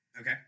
Okay